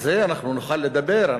על זה אנחנו נוכל לדבר.